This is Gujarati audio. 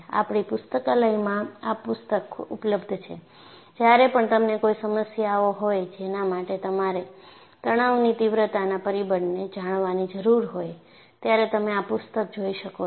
આપણી પુસ્તકાલયમાં આ પુસ્તક ઉપલબ્ધ છે જ્યારે પણ તમને કોઈ સમસ્યા હોય જેના માટે તમારે તણાવની તીવ્રતાના પરિબળને જાણવાની જરૂર હોય ત્યારે તમે આ પુસ્તક જોઈ શકો છો